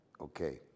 Okay